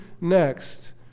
next